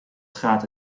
schaadt